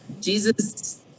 Jesus